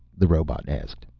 the robot asked.